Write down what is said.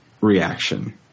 reaction